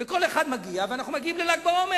כל אחד מגיע, ואנחנו מגיעים לל"ג בעומר.